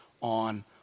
on